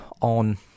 on